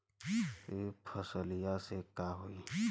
ई फसलिया से का होला?